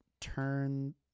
turn